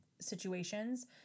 situations